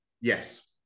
Yes